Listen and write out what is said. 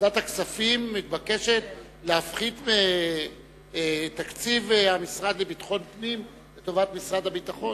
הכספים להפחית מתקציב המשרד לביטחון פנים לטובת משרד הביטחון?